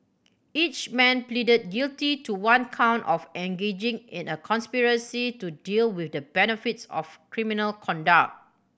each man pleaded guilty to one count of engaging in a conspiracy to deal with the benefits of criminal conduct